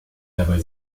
dabei